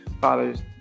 fathers